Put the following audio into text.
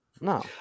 No